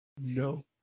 No